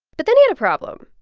but then he had a problem.